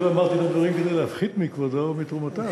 אני לא אמרתי את הדברים כדי להפחית מכבודו ומתרומותיו.